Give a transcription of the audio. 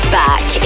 back